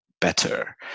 better